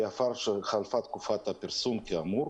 לאחר שחלפה תקופת הפרסום האמורה,